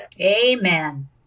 Amen